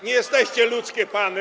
Nie jesteście ludzkie pany.